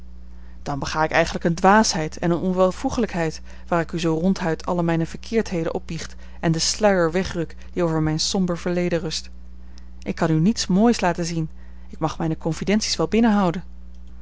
dan bega ik eigenlijk eene dwaasheid en eene onwelvoeglijkheid waar ik u zoo ronduit alle mijne verkeerdheden opbiecht en den sluier wegruk die over mijn somber verleden rust ik kan u niets moois laten zien ik mag mijne confidenties wel binnenhouden